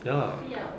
ya lah